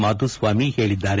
ಮಾಧುಸ್ವಾಮಿ ಹೇಳದ್ದಾರೆ